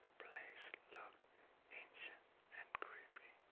place looked ancient and creepy.